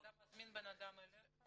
אתה מזמין בנאדם אליך?